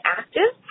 active